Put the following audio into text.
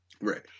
Right